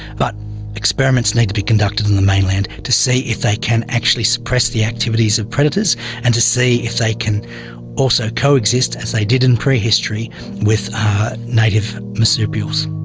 but experiments need to be conducted on the mainland to see if they can actually suppress the activities of predators and to see if they can also coexist as they did in pre-history with native marsupials.